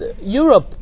Europe